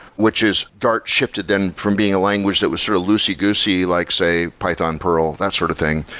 which is dart shifted them from being a language that was sort of loosey-goosey, like, say, python pearl, that sort of thing,